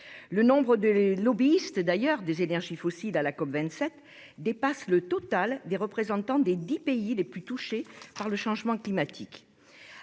Le nombre des lobbyistes des énergies fossiles à la COP27 dépasse d'ailleurs le total des représentants des dix pays les plus touchés par le changement climatique.